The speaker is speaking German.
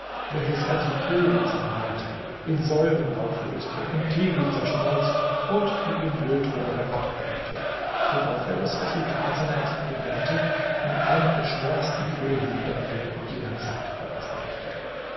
welches er zu pulver zermahlte in säuren auflöste im tigel zerschmolz und mit dem lötrohre abbrannte worauf er das resultat seiner experimente in einem der schwersten foliobände jener zeit veröffentlichte